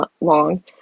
long